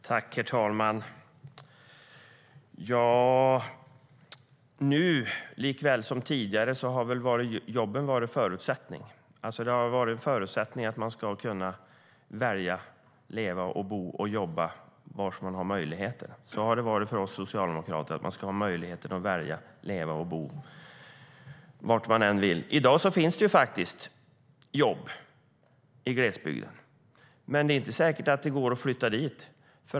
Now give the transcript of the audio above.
Herr talman! Nu, likväl som tidigare, har väl jobben varit förutsättningen. De har varit en förutsättning för att man ska kunna välja att leva, bo och jobba där det är möjligt. Så har det varit för oss socialdemokrater. Man ska kunna välja att leva och bo var man än vill.I dag finns faktiskt jobb i glesbygden, men det är inte säkert att det går att flytta dit.